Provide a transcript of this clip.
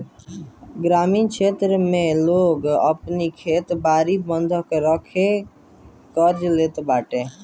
ग्रामीण क्षेत्र में लोग आपन खेत बारी बंधक रखके कर्जा लेत बाटे